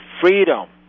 freedom